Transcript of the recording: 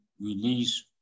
release